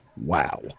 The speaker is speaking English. Wow